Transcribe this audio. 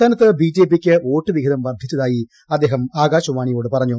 സംസ്ഥാനത്ത് ബി ജെ പിക്ക് വോട്ട് വിഹിതം വർദ്ധിച്ചതായി അദ്ദേഹം ആകാശവാണിയോട് പറഞ്ഞു